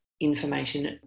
information